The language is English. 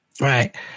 Right